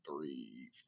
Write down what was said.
three